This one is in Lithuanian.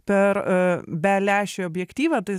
per belęšį objektyvą tai